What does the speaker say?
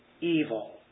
evil